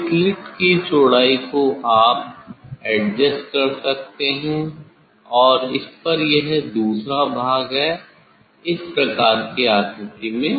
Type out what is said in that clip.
इस स्लिट की चौड़ाई को आप एडजेस्ट कर सकते हैं और इस पर यह दूसरा भाग है इस प्रकार की आकृति में